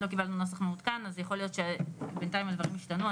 לא קיבלנו נוסח מעודכן אז יכול להיות שבינתיים הדברים השתנו.